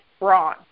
wrong